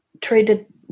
treated